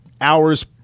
hours